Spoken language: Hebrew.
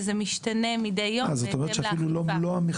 וזה משתנה מידי יום בהתאם לאכיפה.